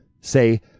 say